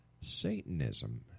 Satanism